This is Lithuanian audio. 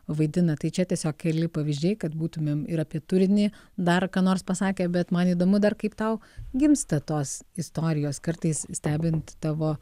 vaidina tai čia tiesiog keli pavyzdžiai kad būtumėm ir apie turinį dar ką nors pasakę bet man įdomu dar kaip tau gimsta tos istorijos kartais stebint tavo